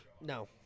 No